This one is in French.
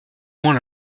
moins